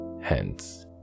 Hence